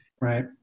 Right